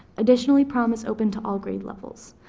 additionally, prom is open to all grade levels.